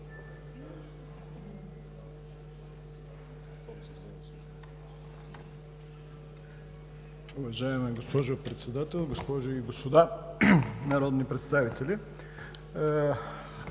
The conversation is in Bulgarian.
Уважаема госпожо Председател, госпожи и господа народни представители!